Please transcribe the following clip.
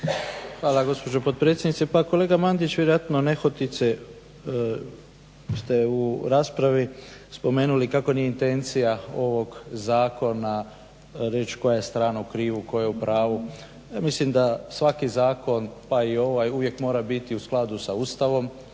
Hvala gospođo potpredsjednice. Pa kolega Mandić vjerojatno nehotice ste u raspravi spomenuli kako nije intencija ovog zakona reći koja je strana u krivu, koja je u pravu. Ja mislim da svaki zakon pa i ovaj uvijek mora biti u skladu sa Ustavom,